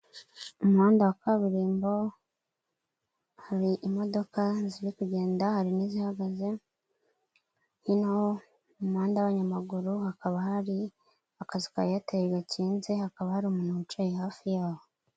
Umuhanda wa kaburimbo hari imodoka ziri kugenda hari n'izihagaze hino mu muhanda wa nyayamaguru hakaba hari akazu ka eyateli gakinze hakaba hari umuntu wicaye hafi yaho.